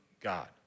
God